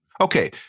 Okay